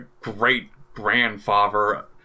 great-grandfather